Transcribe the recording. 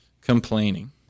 complaining